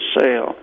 sale